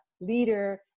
leader